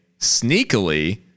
sneakily